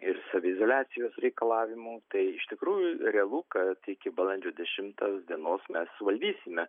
ir saviizoliacijos reikalavimų tai iš tikrųjų realu kad iki balandžio dešimtos dienos mes suvaldysime